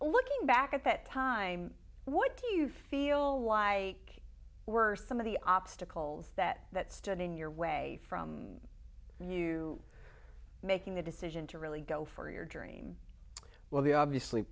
looking back at that time what do you feel like were some of the obstacles that that stood in your way from you making the decision to really go for your dream well the obviously